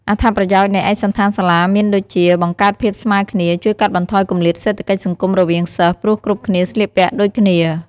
អត្ថប្រយោជន៍នៃឯកសណ្ឋានសាលាមានដូចជា បង្កើតភាពស្មើគ្នា ជួយកាត់បន្ថយគម្លាតសេដ្ឋកិច្ចសង្គមរវាងសិស្ស ព្រោះគ្រប់គ្នាស្លៀកពាក់ដូចគ្នា។